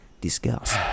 discuss